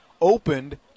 opened